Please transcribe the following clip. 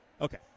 Okay